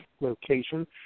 location